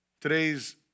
Today's